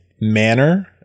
manner